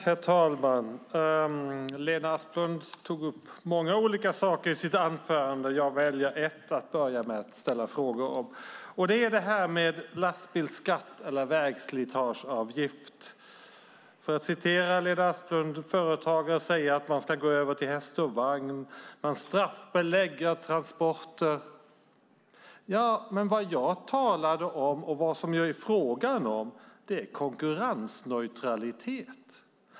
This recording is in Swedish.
Herr talman! Lena Asplund tog upp många olika saker i sitt anförande. Jag väljer en att börja ställa frågor om, och det är detta med lastbilsskatt eller vägslitageavgift. Enligt Lena Asplund säger företagare att de ska gå över till häst och vagn och att man straffbelägger transporter. Vad jag talade om och vad det är fråga om är dock konkurrensneutralitet.